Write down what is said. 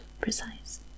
precise